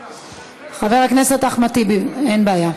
חבר הכנסת אחמד טיבי, אין בעיה.